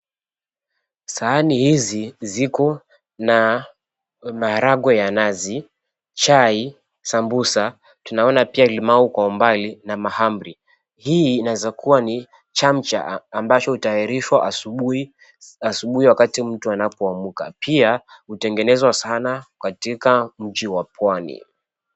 Sahani hizi ziko na maharagwe ya nazi, chai, sambusa, tunaona pia limau kwa umbali na mahamri. Hii inawezakuwa ni chamcha ambacho hutayarishwa asubuhi wakati mtu anapoamka. Pia hutengenezwa sana katika mji wa pwani.